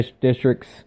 districts